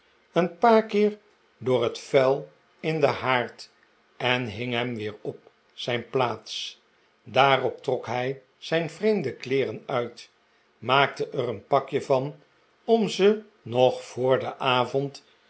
een paar keer door het vuil in den haard en hing hem weer op zijn plaats daarop trok hij zijn vreemde kleeren uit maakte er een pakje van om ze nog voor den avond